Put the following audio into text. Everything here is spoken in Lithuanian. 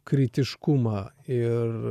kritiškumą ir